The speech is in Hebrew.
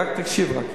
רק תקשיב רגע.